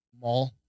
mall